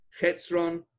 Chetzron